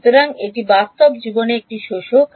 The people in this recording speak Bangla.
সুতরাং এটি বাস্তব জীবনে একটি শোষক